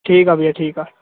ठीकु आहे भैया ठीकु आहे